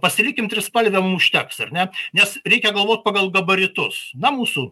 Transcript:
pasilikim trispalvę mum užteks ar ne nes reikia galvot pagal gabaritus na mūsų